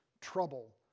trouble